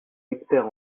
expert